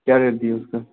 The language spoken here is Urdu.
کیا ریٹ دیے اس کا